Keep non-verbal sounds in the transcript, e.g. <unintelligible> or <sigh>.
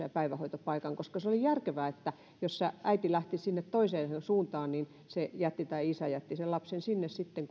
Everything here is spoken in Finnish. <unintelligible> ja päivähoitopaikkaa koska se oli järkevää että jos äiti lähti sinne toiseen suuntaan niin isä jätti sen lapsen sinne sitten <unintelligible>